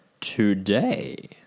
today